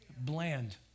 bland